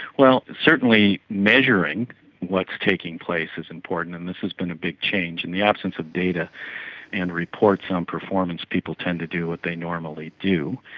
well, certainly measuring what's taking place is important and this has been a big change. in the absence of data and reports on performance, people tend to do what they normally do.